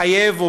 לחייב,